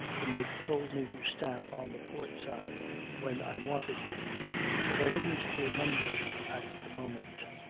the mate told me to stamp on the port side when i wanted you but i didn't remember at the moment.